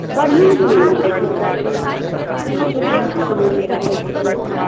बढ़िआँ समान मिलै छै हमरा कोनो डुब्लीकेट समान नहि राखै छियै